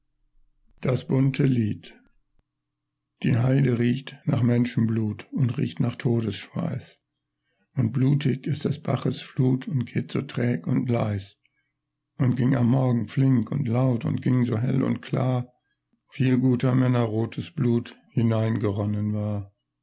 das bunte lied die heide riecht nach menschenblut und riecht nach todesschweiß und blutig ist des baches flut und geht so träg und leis und ging am morgen flink und laut und ging so hell und klar viel guter männer rotes blut hinein geronnen war